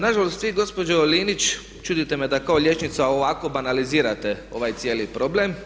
Na žalost vi gospođo Linić čudite me da kao liječnica ovako banalizirate ovaj cijeli problem.